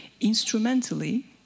instrumentally